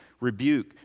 rebuke